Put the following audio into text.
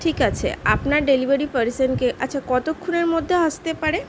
ঠিক আছে আপনার ডেলিভারি পারসেনকে আচ্ছা কতক্ষণের মধ্যে আসতে পারে